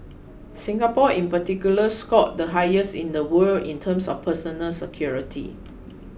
Singapore in particular scored the highest in the world in terms of personal security